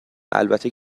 البته